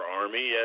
army